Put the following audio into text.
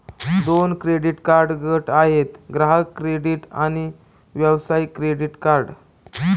दोन credit card गट आहेत, ग्राहक क्रेडिट कार्ड आणि व्यवसाय क्रेडिट कार्ड